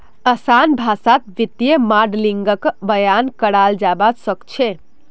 असान भाषात वित्तीय माडलिंगक बयान कराल जाबा सखछेक